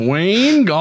Wayne